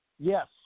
Yes